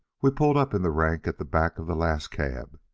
we pulled up in the rank at the back of the last cab.